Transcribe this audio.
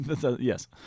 Yes